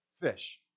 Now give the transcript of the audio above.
fish